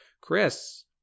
Chris